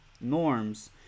norms